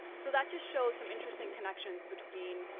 so that just shows some interesting connections between,